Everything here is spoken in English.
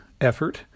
effort